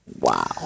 Wow